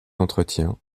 entretiens